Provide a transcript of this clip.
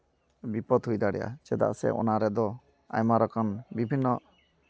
ᱵᱤᱯᱚᱫ ᱦᱩᱭ ᱫᱟᱲᱮᱭᱟᱜᱼᱟ ᱪᱮᱫᱟᱜ ᱥᱮ ᱚᱱᱟ ᱨᱮᱫᱚ ᱟᱭᱢᱟ ᱨᱚᱠᱚᱢ ᱵᱤᱵᱷᱤᱱᱱᱚ